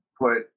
put